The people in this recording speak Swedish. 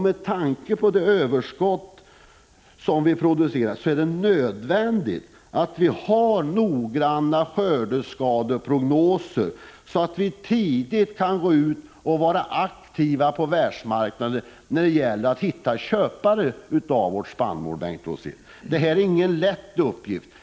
Med tanke på det överskott som vi producerar är det nödvändigt, Bengt Rosén, att vi har noggranna skördeskadeprognoser, så att vi tidigt kan aktivt gå ut på världsmarknaden för att hitta köpare av vårt spannmål. Det här är ingen lätt uppgift.